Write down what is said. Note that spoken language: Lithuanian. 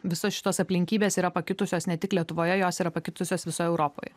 visos šitos aplinkybės yra pakitusios ne tik lietuvoje jos yra pakitusios visoj europoj